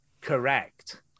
correct